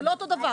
זה לא אותו דבר.